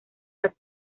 las